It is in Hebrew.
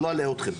לא אלאה אתכם.